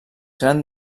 gran